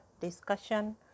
discussion